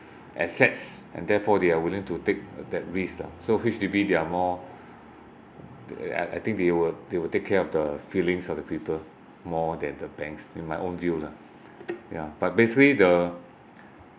assets and therefore they are willing to take that risk lah so H_D_B they are more uh I I think they will they will take care of the feelings of the people more than the banks in my own view lah yeah but basically the